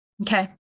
Okay